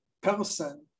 person